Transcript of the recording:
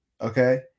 Okay